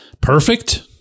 perfect